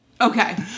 Okay